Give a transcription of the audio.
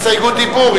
הסתייגות דיבור.